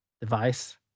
device